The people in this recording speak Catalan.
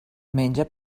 menja